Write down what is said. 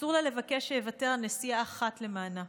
אסור לה לבקש שיוותר על נסיעה אחת למענה.